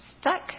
stuck